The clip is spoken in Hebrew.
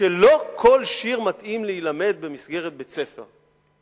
שלא כל שיר מתאים להילמד במסגרת בית-ספר.